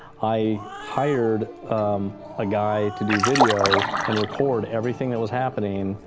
i hired a guy to do video and record everything that was happening,